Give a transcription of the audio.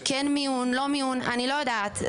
כן מיון, לא מיון, אני לא יודעת.